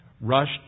rushed